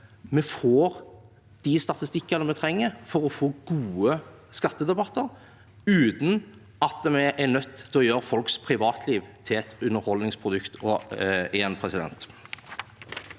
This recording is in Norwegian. vi får de statistikkene vi trenger for å få gode skattedebatter, uten at vi igjen er nødt til å gjøre folks privatliv til et underholdningsprodukt. Kari Elisabeth